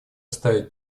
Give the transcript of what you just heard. ставить